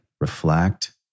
reflect